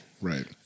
Right